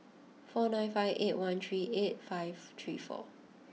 four nine five eight one three eight five three four